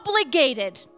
obligated